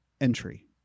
entry